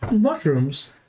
mushrooms